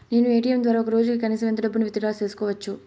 నేను ఎ.టి.ఎం ద్వారా ఒక రోజుకి కనీసం ఎంత డబ్బును విత్ డ్రా సేసుకోవచ్చు?